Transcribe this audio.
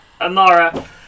Amara